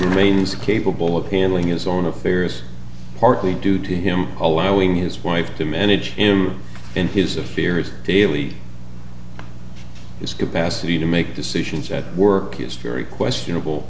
remains capable of handling his own affairs partly due to him allowing his wife to manage him in his of fears daily his capacity to make decisions at work is very questionable